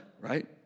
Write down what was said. right